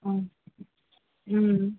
ம் ம்